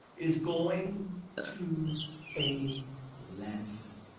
is going to a landfill.